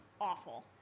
awful